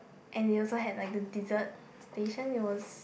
and they also had like a dessert station it was